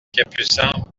capucins